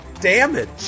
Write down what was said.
damage